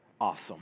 awesome